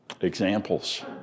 Examples